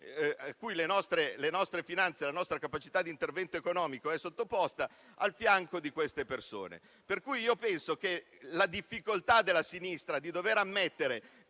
a cui le nostre finanze e la nostra capacità di intervento economico sono sottoposte, al fianco di queste persone. Penso pertanto che la difficoltà della sinistra è di dover ammettere